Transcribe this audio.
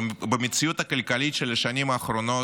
במציאות הכלכלית של השנים האחרונות,